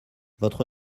votre